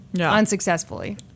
unsuccessfully